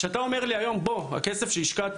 וכשאתה אומר לי היום שהכסף שהשקעתי,